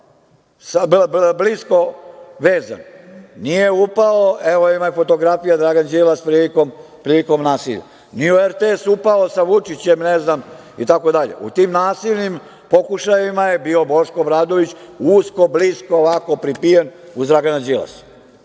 upao blisko vezan. Nije upao, evo ima i fotografija, Dragan Đilas, prilikom nasilja, nije u RTS upao sa Vučićem itd.U tim nasilnim pokušajevima je bio Boško Obradović, usko, blisko pripijen uz Dragana Đilasa.